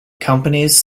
companies